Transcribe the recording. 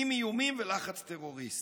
עם איומים ולחץ טרוריסטי.